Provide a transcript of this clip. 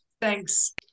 thanks